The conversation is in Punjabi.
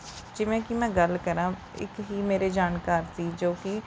ਜਿਵੇਂ ਕਿ ਮੈਂ ਗੱਲ ਕਰਾਂ ਇੱਕ ਹੀ ਮੇਰੇ ਜਾਣਕਾਰ ਸੀ ਜੋ ਕਿ